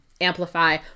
Amplify